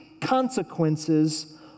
consequences